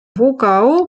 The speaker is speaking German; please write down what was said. wogau